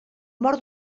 mort